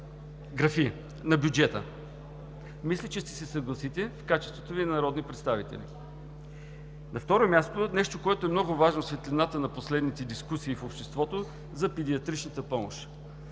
на бюджета. Мисля, че ще се съгласите в качеството Ви на народни представители. На второ място, нещо, което е много важно в светлината на последните дискусии в обществото – педиатричната помощ.